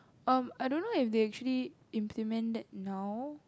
um I don't know if they actually implement that now